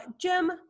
Jim